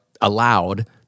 allowed